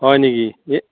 হয় নেকি এই